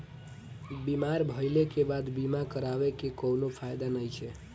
बीमार भइले के बाद बीमा करावे से कउनो फायदा नइखे